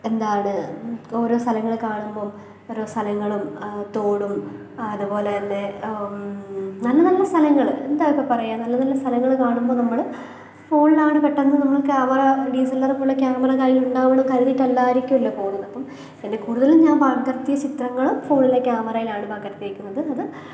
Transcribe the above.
എന്താണ് ഓരോ സ്ഥലങ്ങൾ കാണുമ്പം ഓരോ സ്ഥലങ്ങളും തോടും അതേ പോലെ തന്നെ നല്ല നല്ല സ്ഥലങ്ങൾ എന്താണ് ഇപ്പം പറയുക നല്ല നല്ല സ്ഥലങ്ങൾ കാണുമ്പോൾ നമ്മൾ ഫോണിലാണ് പെട്ടെന്ന് നമ്മൾ camera D S L R പോലെ ക്യാമറ കൈയ്യിൽ ഉണ്ടാവണം കരുതിയിട്ട് അല്ലായിരിക്കുമല്ലോ പോകുന്നത് അപ്പം എന്റെ കൂടുതലും ഞാന് പകര്ത്തിയ ചിത്രങ്ങൾ ഫോണിലെ ക്യാമറയിലാണ് പകര്ത്തിയേക്കുന്നത് അത്